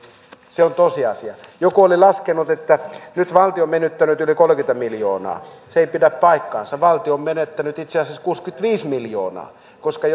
se on tosiasia joku oli laskenut että nyt valtio on menettänyt yli kolmekymmentä miljoonaa se ei pidä paikkaansa valtio on menettänyt itse asiassa kuusikymmentäviisi miljoonaa koska